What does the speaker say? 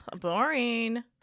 Boring